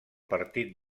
partit